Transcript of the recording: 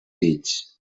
fills